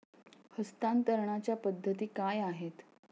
हस्तांतरणाच्या पद्धती काय आहेत?